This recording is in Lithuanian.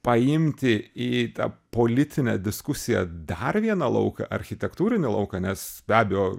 paimti į tą politinę diskusiją dar vieną lauką architektūrinį lauką nes be abejo